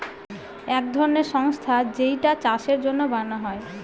এক ধরনের সংস্থা যেইটা চাষের জন্য বানানো হয়